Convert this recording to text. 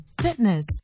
fitness